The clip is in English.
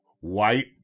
white